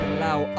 Allow